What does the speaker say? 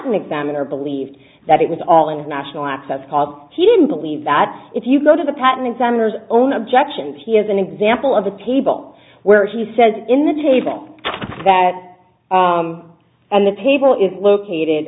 t examiner believed that it was all international access cause he didn't believe that if you go to the patent examiners own objections he has an example of a table where he says in the table that and the table is located